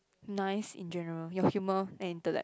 nice in general your humour and intellect